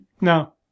No